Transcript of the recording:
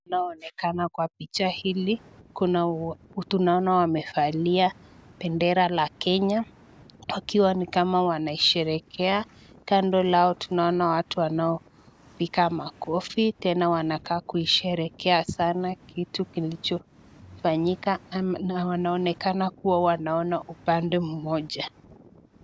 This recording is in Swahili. Tunaonekana kwa picha hili kuna tunaona wamevaa bendera la Kenya wakiwa ni kama wanaisherehekea. Kando lao tunaona watu wanao piga makofi tena wanakaa kuisherehekea sana kitu kilichofanyika na wanaonekana kuwa wanaona upande mmoja.